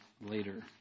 later